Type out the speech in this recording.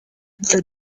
the